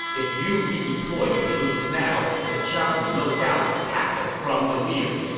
if you redeploy your troops now, the qiang would no doubt attack us from the rear.